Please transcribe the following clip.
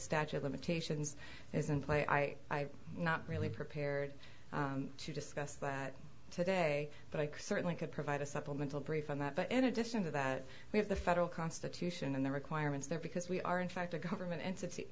statue of limitations is in play i not really prepared to discuss that today but i certainly could provide a supplemental brief on that but in addition to that we have the federal constitution and the requirements there because we are in fact a government entity